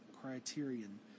criterion